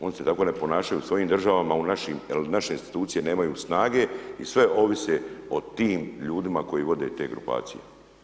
Oni se tako ne ponašaju u svojim državama, u našim, jer naše institucije nemaju snage i sve ovise o tim ljudima koji vode te grupacije.